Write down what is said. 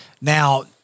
Now